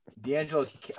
D'Angelo's